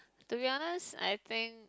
to be honest I think